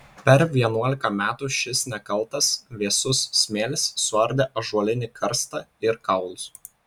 per vienuolika metų šis nekaltas vėsus smėlis suardė ąžuolinį karstą ir kaulus